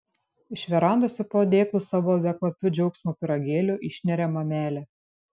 iš verandos su padėklu savo bekvapių džiaugsmo pyragėlių išneria mamelė